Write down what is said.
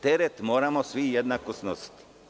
Teret moramo svi jednako snositi.